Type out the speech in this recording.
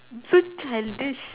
so childish